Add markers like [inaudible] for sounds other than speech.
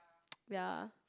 [noise] ya